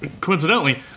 coincidentally